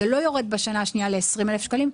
זה לא יורד בשנה השנייה ל-20,000 שקלים,